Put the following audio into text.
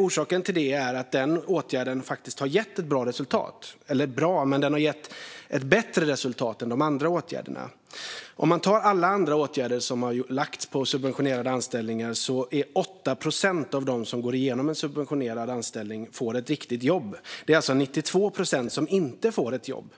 Orsaken till det är att den åtgärden har gett ett bättre resultat än de andra åtgärderna. Om man tar alla andra åtgärder med subventionerade anställningar får 8 procent av dem som går igenom en subventionerad anställning ett riktigt jobb. Det är alltså 92 procent som inte får ett jobb.